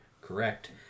Correct